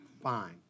fine